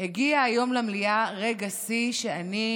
הגיע היום למליאה רגע שיא שאני